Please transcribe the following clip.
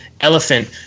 Elephant